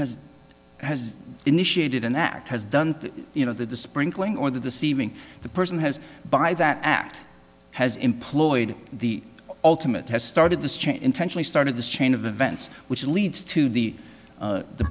has has initiated an act has done you know that the sprinkling or the deceiving the person has by that act has employed the ultimate has started this chain intentionally started this chain of events which leads to the